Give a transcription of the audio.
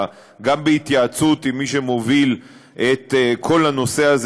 גם בהתייעצות עם מי שמוביל את כל הנושא הזה